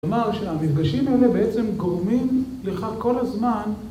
כלומר שהמפגשים האלה בעצם גורמים לכך כל הזמן